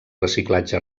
reciclatge